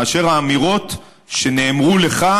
מאשר האמירות שנאמרו לך,